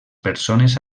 persones